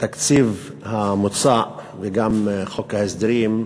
התקציב המוצע, וגם חוק ההסדרים,